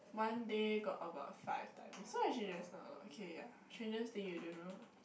one day got about five times so actually it's not a lot okay yah strangest thing you don't know